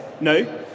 No